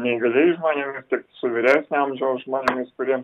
neįgaliais žmonėmis tiek su vyresnio amžiaus žmonės kuriems